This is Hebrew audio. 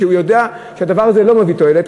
יודע שהדבר הזה לא מביא תועלת,